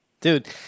dude